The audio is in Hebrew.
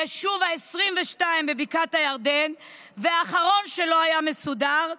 היישוב ה-22 בבקעת הירדן והאחרון שלא היה מוסדר,